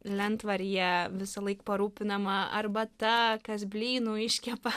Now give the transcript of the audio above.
lentvaryje visąlaik parūpinama arbata kas blynų iškepa